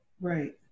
right